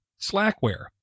Slackware